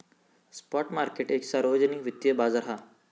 spot market एक सार्वजनिक वित्तिय बाजार हा